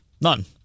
none